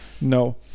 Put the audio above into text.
No